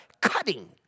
cutting